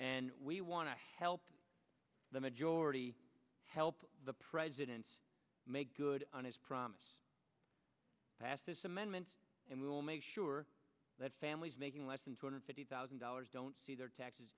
and we want to help the majority help the president make good on his promise pass this amendment and we will make sure that families making less than two hundred fifty thousand dollars don't see their taxes